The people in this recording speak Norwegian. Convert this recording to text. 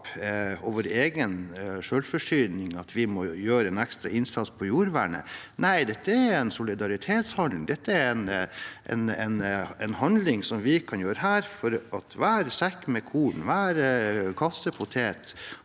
og vår egen selvforsyning vi må gjøre en ekstra innsats for jordvernet. Nei, dette er en solidaritetshandling. Dette er en handling som vi kan gjøre her, for hver sekk med korn og hver kasse med poteter